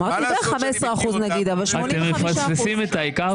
אמרתי בערך 15 אחוזים אבל 85 אחוזים לא נגמלו.